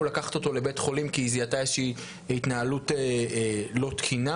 לקחת אותו לבית חולים כי היא זיהתה איזושהי התנהלות לא תקינה.